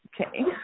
Okay